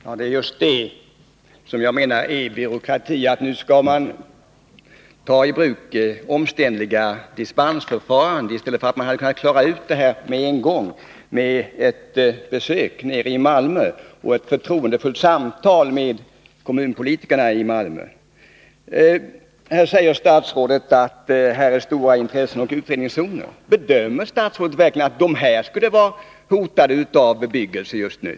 Herr talman! Det är just detta som jag menar är byråkrati. Nu skall man ta i bruk ett omständligt dispensförfarande i stället för att klara ut detta med en gång genom ett besök i Malmö och ett förtroendefullt samtal med kommunalpolitikerna där. Statsrådet säger att man här har stora intresseoch utredningszoner. Bedömer statsrådet det verkligen så, att dessa skulle vara hotade av bebyggelse just nu?